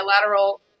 bilateral